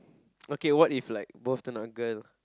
okay what if like both turn out girl